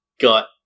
got